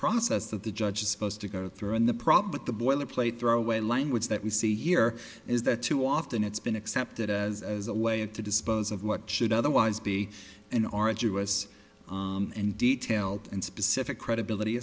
process that the judge is supposed to go through and the problem with the boilerplate throwaway language that we see here is that too often it's been accepted as as a way to dispose of what should otherwise be an arduous and detailed and specific credibility